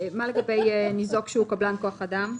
לגבי ניזוק שהוא קבלן כוח אדם?